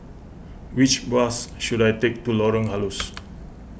which bus should I take to Lorong Halus